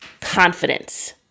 confidence